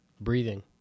Breathing